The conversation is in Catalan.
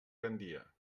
gandia